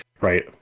Right